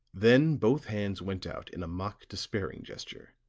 then both hands went out in a mock despairing gesture,